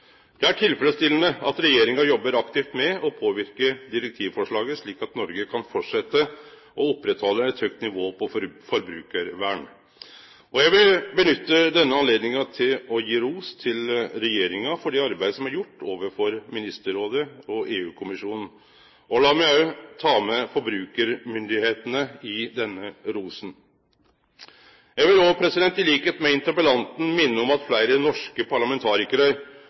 slik at Noreg kan fortsetje å halde oppe eit høgt nivå på forbrukarvern. Eg vil nytte dette høvet til å gje ros til regjeringa for det arbeidet som er gjort overfor Ministerrådet og EU-kommisjonen. Lat meg òg ta med forbrukarmyndigheitene i denne rosen. Eg vil òg, i likskap med interpellanten, minne om at fleire norske parlamentarikarar